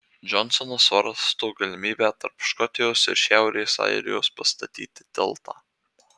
džonsonas svarsto galimybę tarp škotijos ir šiaurės airijos pastatyti tiltą